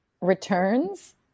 returns